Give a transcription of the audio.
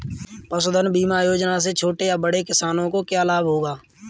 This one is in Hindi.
पशुधन बीमा योजना से छोटे या बड़े किसानों को क्या लाभ होगा?